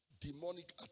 demonic